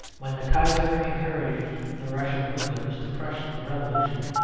when the kaiser encouraged the russian rulers to crush the revolution,